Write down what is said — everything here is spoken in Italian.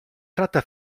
tratta